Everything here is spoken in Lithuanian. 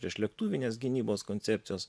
priešlėktuvinės gynybos koncepcijos